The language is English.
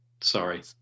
Sorry